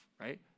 right